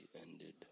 ended